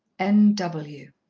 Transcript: n w.